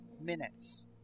minutes